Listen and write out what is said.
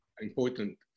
important